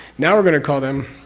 now we're going to call them?